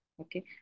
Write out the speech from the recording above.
Okay